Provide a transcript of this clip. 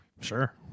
Sure